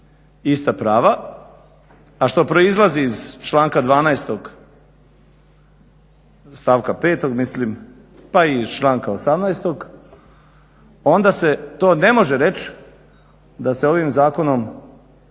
ista prava, a što proizlazi iz članka 12. stavka 5. mislim pa i iz članka 18. onda se to ne može reći da se ovim zakonom